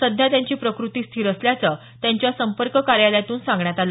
सध्या त्यांची प्रकृती स्थिर असल्याचं त्यांच्या संपर्क कार्यालयातून सांगण्यात आलं